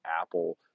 Apple